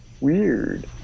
Weird